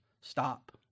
Stop